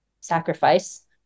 sacrifice